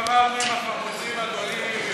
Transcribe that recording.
למי קראת חמוצה, למי?